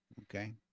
Okay